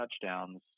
touchdowns